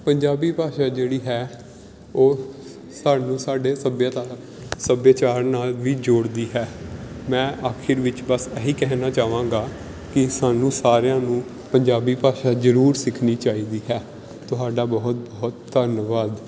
ਪੰਜਾਬੀ ਭਾਸ਼ਾ ਜਿਹੜੀ ਹੈ ਉਹ ਸਾਨੂੰ ਸਾਡੇ ਸੱਭਿਅਤਾ ਸੱਭਿਆਚਾਰ ਨਾਲ ਵੀ ਜੋੜਦੀ ਹੈ ਮੈਂ ਆਖਿਰ ਵਿੱਚ ਬਸ ਇਹ ਹੀ ਕਹਿਣਾ ਚਾਹਾਵਾਂਗਾ ਕਿ ਸਾਨੂੰ ਸਾਰਿਆਂ ਨੂੰ ਪੰਜਾਬੀ ਭਾਸ਼ਾ ਜ਼ਰੂਰ ਸਿੱਖਣੀ ਚਾਹੀਦੀ ਹੈ ਤੁਹਾਡਾ ਬਹੁਤ ਬਹੁਤ ਧੰਨਵਾਦ